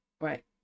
right